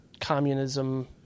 communism